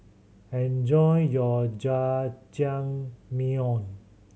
enjoy your Jajangmyeon